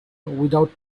without